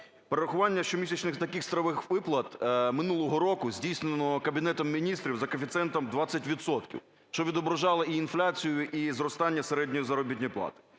Перерахування щомісячних таких страхових виплат минулого року здійснено Кабінетом Міністрів за коефіцієнтом 20 відсотків, що відображало і інфляцію, і зростання середньої заробітної плати.